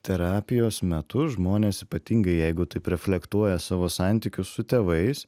terapijos metu žmonės ypatingai jeigu taip reflektuoja savo santykius su tėvais